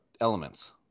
elements